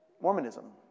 Mormonism